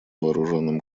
вооруженным